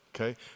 Okay